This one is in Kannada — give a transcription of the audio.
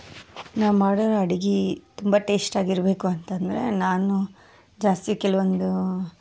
ನಾನು ಮಾಡಿರೋ ಅಡ್ಗೆ ತುಂಬ ಟೇಸ್ಟಾಗಿರಬೇಕು ಅಂತಂದರೆ ನಾನು ಜಾಸ್ತಿ ಕೆಲವೊಂದು